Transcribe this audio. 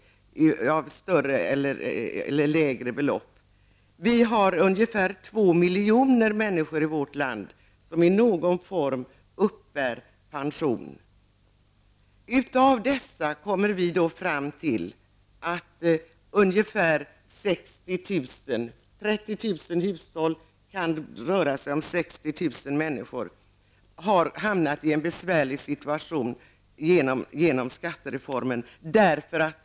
Det kan då vara fråga om större eller mindre belopp. Vidare är det ungefär 2 miljoner människor i vårt land som uppbär någon form av pension. Vi har kommit fram till att det är ungefär 30 000 hushåll -- det kan röra sig om 60 000 personer -- som har hamnat i en besvärlig situation till följd av skattereformen.